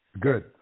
Good